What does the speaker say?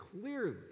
clearly